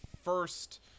first